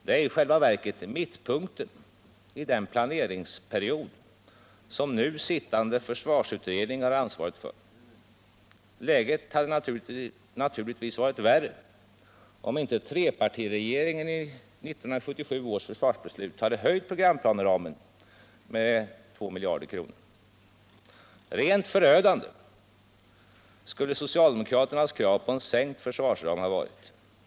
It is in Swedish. Det är i själva verket mittpunkten i den planeringsperiod som nu sittande försvarsutredning har ansvaret för. Läget hade naturligtvis varit värre, om inte trepartiregeringen i 1977 års försvarsbeslut hade höjt programplaneramen med 2 miljarder kronor. Rent förödande skulle det ha varit om socialdemokraternas krav på en sänkt försvarsram hade tillgodosetts.